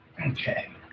Okay